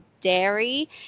dairy